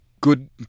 good